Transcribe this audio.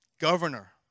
Governor